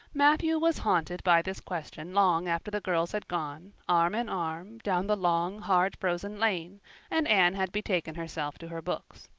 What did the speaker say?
matthew was haunted by this question long after the girls had gone, arm in arm, down the long, hard-frozen lane and anne had betaken herself to her books.